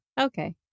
Okay